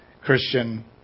Christian